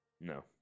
No